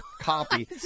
copy